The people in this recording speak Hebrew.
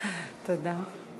וביוב (תיקון מס' 7),